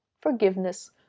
forgiveness